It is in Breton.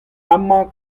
amañ